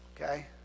Okay